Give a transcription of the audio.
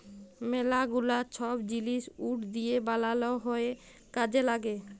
ম্যালা গুলা ছব জিলিস উড দিঁয়ে বালাল হ্যয় কাজে ল্যাগে